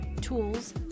tools